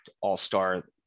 all-star